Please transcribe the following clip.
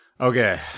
Okay